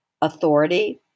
authority